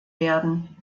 werden